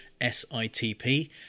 SITP